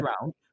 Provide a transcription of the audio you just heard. round